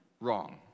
wrong